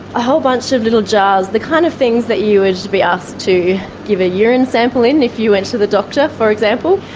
a whole bunch of little jars, the kind of things that you would be asked to give a urine sample in if you went to the doctor, for example.